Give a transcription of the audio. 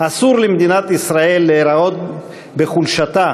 "אסור למדינת ישראל להיראות בחולשתה",